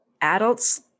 adults